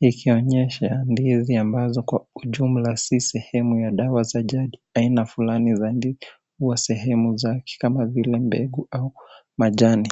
ikionyesha ndizi ambazo kwa jumla si sehemu ya dawa za jadi. Aina fulani za ndizi huwa sehemu zake kama vile mbegu au majani.